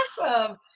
awesome